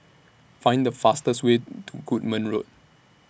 Find The fastest Way to Goodman Road